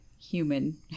human